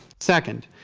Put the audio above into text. second,